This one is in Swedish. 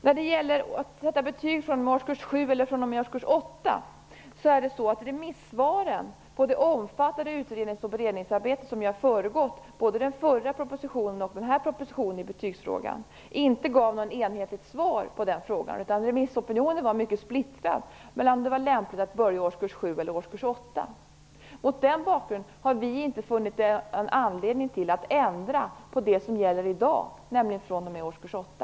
När det gäller betyg fr.o.m. årskurs 7 eller 8 gavs inte något enhetligt svar genom remissvaren och det omfattande utrednings och beredningsarbete som föregick både föregående och denna proposition i betygsfrågan. Remissopinionen var mycket splittrad i frågan om det var lämpligt att införa betyg i årskurs 7 Mot den bakgrunden har vi inte funnit anledning att ändra det som gäller i dag, nämligen betyg fr.o.m.